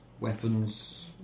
weapons